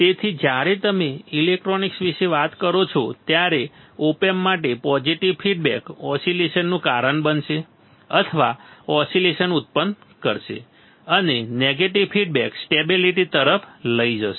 તેથી જ્યારે તમે ઇલેક્ટ્રોનિક્સ વિશે વાત કરો છો ત્યારે ઓપ એમ્પ માટે પોઝિટિવ ફીડબેક ઓસિલેશનનું કારણ બનશે અથવા ઓસિલેશન ઉત્પન્ન કરશે અને નેગેટિવ ફીડબેક સ્ટેબિલિટી તરફ લઇ જશે